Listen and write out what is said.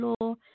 law